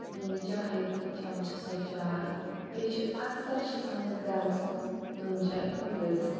چایہِ تہٕ چیٚوان چھِ سۄ چاے بیٚیہِ چھِ اَکثَر سٲنِس گامَس مَنٛز نوٗن چاے کَلہٕ دٲدِس